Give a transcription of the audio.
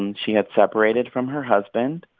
and she had separated from her husband.